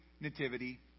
nativity